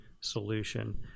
solution